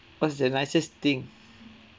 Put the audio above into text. what's the nicest thing